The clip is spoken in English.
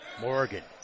Morgan